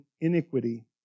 iniquity